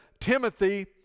Timothy